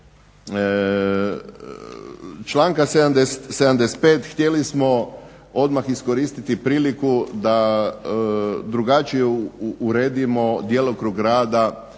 članka 75. htjeli smo odmah iskoristiti priliku da drugačije uredimo djelokrug rada